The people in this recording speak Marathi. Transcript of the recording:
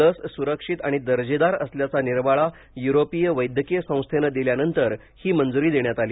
लस सुरक्षित आणि दर्जेदार असल्याचा निर्वाळा युरोपीय वैद्यकीय संस्थेनं दिल्यानंतर ही मंजुरी देण्यात आली